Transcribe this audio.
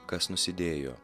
kas nusidėjo